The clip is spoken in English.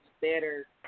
better